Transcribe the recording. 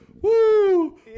Woo